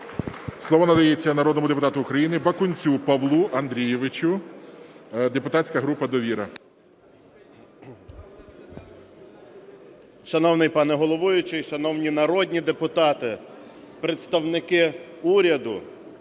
Слово надається народному депутату України Бакунцю Павлу Андрійовичу, депутатська група "Довіра". 10:07:44 БАКУНЕЦЬ П.А. Шановний пане головуючий, шановні народні депутати, представники уряду!